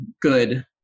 good